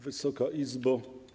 Wysoka Izbo!